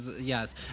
Yes